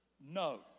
No